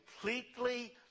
completely